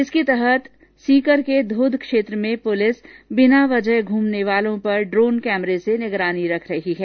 इसके तहत पुलिस सीकर के धोद क्षेत्र में बिना वजह घूमने वालों पर ड्रोन कैमरे से निगरानी कर रही है